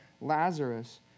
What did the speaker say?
Lazarus